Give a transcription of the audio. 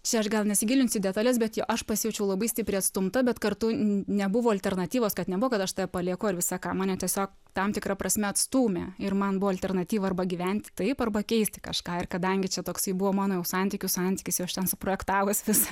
čia aš gal nesigilinsiu į detales bet jo aš pasijaučiau labai stipriai atstumta bet kartu nebuvo alternatyvos kad nebuvo kad aš tave palieku ar visa ką mane tiesiog tam tikra prasme atstūmė ir man buvo alternatyva arba gyventi taip arba keisti kažką ir kadangi čia toksai buvo mano jau santykių santykis jau aš ten suprojektavus visą